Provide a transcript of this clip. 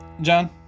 John